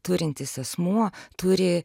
turintis asmuo turi